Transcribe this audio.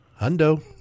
Hundo